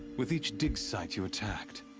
with each dig site you attacked.